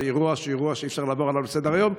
אירוע שאי-אפשר לעבור עליו לסדר-היום.